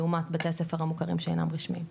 לעומת בתי הספר המוכרים שאינם רשמיים.